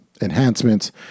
enhancements